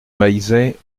maillezais